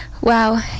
Wow